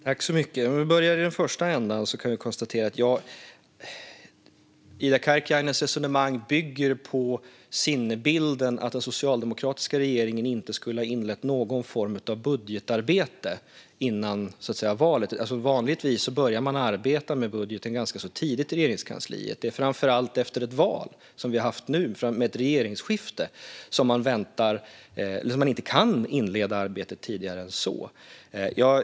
Herr talman! För att börja i den första änden kan jag konstatera att Ida Karkiainens resonemang bygger på bilden att den socialdemokratiska regeringen inte skulle ha inlett någon form av budgetarbete före valet. Vanligtvis börjar man arbeta med budgeten ganska tidigt i Regeringskansliet. Det är framför allt efter ett val med ett regeringsskifte, som vi har haft nu, som man inte kan inleda arbetet tidigare än så.